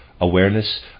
awareness